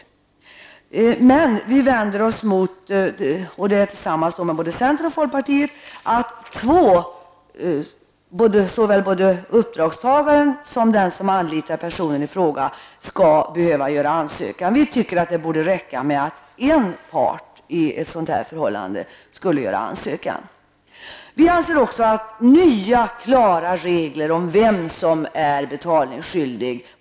Tillsammans med centern och folkpartiet vänder vi oss mot det faktum att två parter, dvs. såväl uppdragstagaren som den som anlitar en person, skall behöva inkomma med en ansökan. Vi tycker att det borde räcka med att en part i ett sådant här förhållande inkommer med en ansökan. Vidare anser vi att nya klara regler snarast måste införas, så att man vet vem som är betalningsskyldig.